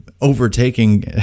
overtaking